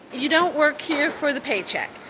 you don't work here for the paycheck,